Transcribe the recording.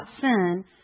sin